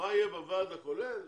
מה יהיה בוועד הכולל?